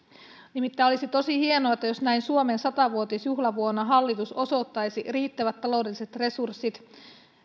nimittäin olisi tosi hienoa että näin suomen sata vuotisjuhlavuonna hallitus osoittaisi riittävät taloudelliset resurssit